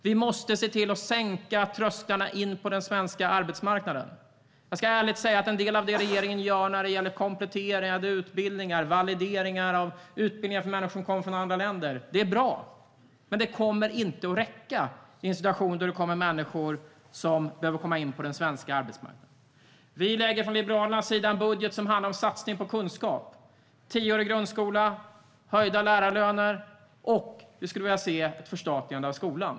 Vi måste se till att trösklarna in på den svenska arbetsmarknaden sänks. Jag ska ärligt säga att en del av det som regeringen gör när det gäller kompletterande utbildningar och valideringar av utbildningar för människor från andra länder är bra. Men det kommer inte att räcka i en situation där det kommer människor som behöver komma in på den svenska arbetsmarknaden. Liberalerna lägger fram en budget som handlar om satsning på kunskap, tioårig grundskola och höjda lärarlöner. Vi vill också se ett förstatligande av skolan.